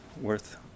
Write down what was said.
worth